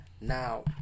Now